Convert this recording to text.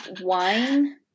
wine